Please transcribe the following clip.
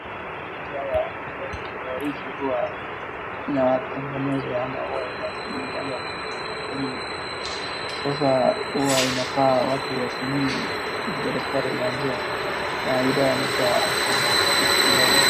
Kuna dawa ambapo dawa hizi huwa zinatengenezwa ama hua zinatengenezangwa kwenye makampuni, sasa huwa inafaa watu watumie vile daktari aliwaambia na ni dawa inaitwa apromax anti virus .